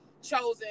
Chosen